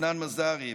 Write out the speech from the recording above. עדנאן מזאריב,